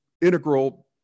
integral